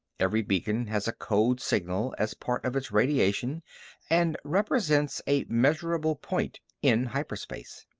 every beacon has a code signal as part of its radiation and represents a measurable point in hyperspace.